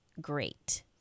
Great